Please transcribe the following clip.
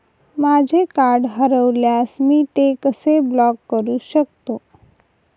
माझे कार्ड हरवल्यास मी ते कसे ब्लॉक करु शकतो?